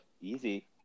easy